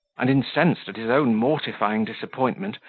and incensed at his own mortifying disappointment,